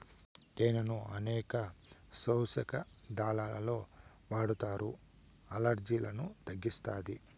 తేనెను అనేక ఔషదాలలో వాడతారు, అలర్జీలను తగ్గిస్తాది